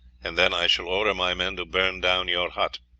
and then i shall order my men to burn down your hut.